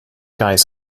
guys